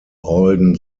alden